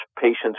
patients